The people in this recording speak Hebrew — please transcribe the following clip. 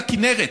לכינרת,